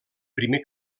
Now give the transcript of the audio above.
primer